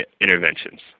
interventions